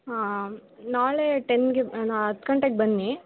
ಹಾಂ ನಾಳೆ ಟೆನ್ನಿಗೆ ನಾ ಹತ್ತು ಗಂಟೆಗೆ ಬನ್ನಿ